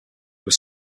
were